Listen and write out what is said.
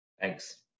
thanks